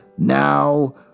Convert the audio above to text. Now